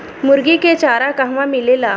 मुर्गी के चारा कहवा मिलेला?